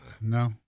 No